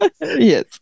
Yes